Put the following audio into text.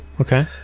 okay